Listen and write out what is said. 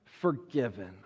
forgiven